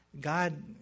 God